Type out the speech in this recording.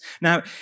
Now